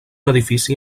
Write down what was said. edifici